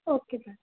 okay ma'am